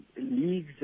leagues